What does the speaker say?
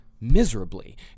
miserably